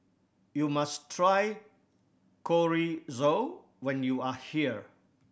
you must try Chorizo when you are here